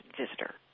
visitor